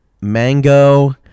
mango